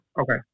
Okay